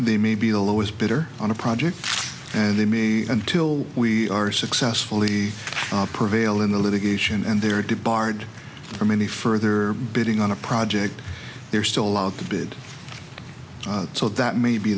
they may be the lowest bidder on a project and they me until we are successfully prevail in the litigation and they are to barred from any further bidding on a project they're still allowed to bid so that maybe